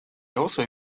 also